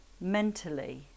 mentally